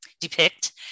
depict